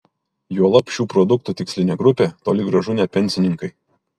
juolab šių produktų tikslinė grupė toli gražu ne pensininkai